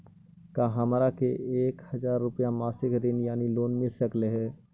का हमरा के एक हजार रुपया के मासिक ऋण यानी लोन मिल सकली हे?